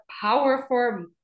powerful